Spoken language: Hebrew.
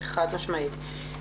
חד משמעי.